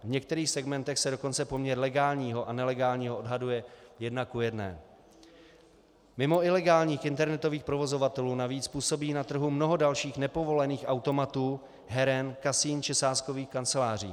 V některých segmentech se dokonce poměr legálního a nelegálního odhaduje 1 : 1. Mimo ilegálních internetových provozovatelů navíc působí na trhu mnoho dalších nepovolených automatů, heren, kasin či sázkových kanceláří.